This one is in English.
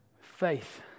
Faith